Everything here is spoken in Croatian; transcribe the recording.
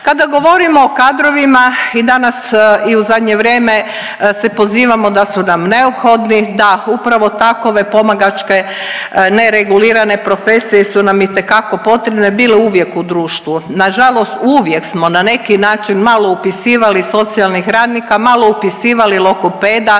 Kada govorimo o kadrovima i danas i u zadnje vrijeme se pozivamo da su nam neophodno, da, upravo takove pomagačke neregulirane profesije su nam itekako potrebne bile uvijek u društvu. nažalost uvijek smo na neki način malo upisivali socijalnih radnika, malo upisivali logopeda,